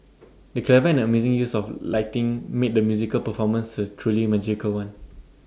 the clever and amazing use of lighting made the musical performance A truly magical one